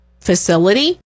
facility